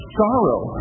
sorrow